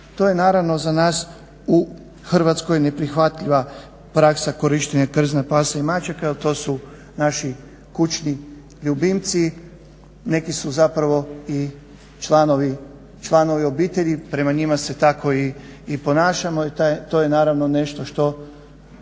To je naravno za nas u Hrvatskoj neprihvatljiva praksa korištenja krzna pasa i mačaka jer to su naši kućni ljubimci. Neki su zapravo i članovi obitelji, prema njima se tako i ponašamo i to je naravno nešto što